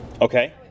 Okay